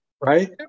right